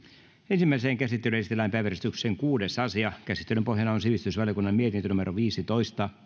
ensimmäiseen käsittelyyn esitellään päiväjärjestyksen kuudes asia käsittelyn pohjana on sivistysvaliokunnan mietintö viisitoista